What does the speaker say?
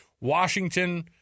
Washington